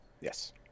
Yes